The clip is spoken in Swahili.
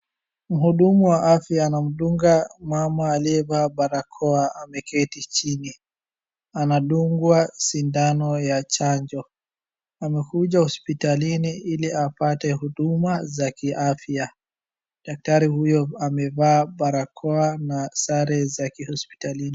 Muhudumu wa afya ana mudunga mama aliyevaa barakoa ameketi chini. Anadungwa sindano ya chanjo, amekuja hospitalini ili apate huduma za kiafya. Daktari huyo amevaa barakoa na sare za kihospitalini